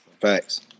Facts